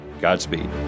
Godspeed